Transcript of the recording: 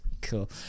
Cool